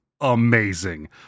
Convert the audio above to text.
amazing